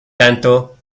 tanto